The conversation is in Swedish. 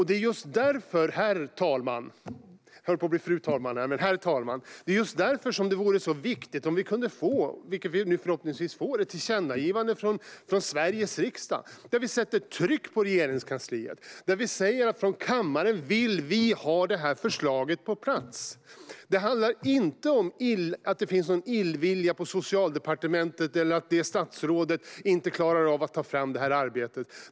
Det är just därför, herr talman, det är så viktigt att få det vi förhoppningsvis får nu: ett tillkännagivande från Sveriges riksdag där vi sätter tryck på Regeringskansliet, där vi säger att vi i kammaren vill ha det här förslaget på plats. Det handlar inte om att det finns någon illvilja på Socialdepartementet eller att det statsrådet inte klarar av att ta fram det här arbetet.